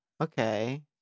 Okay